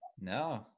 No